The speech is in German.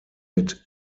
mit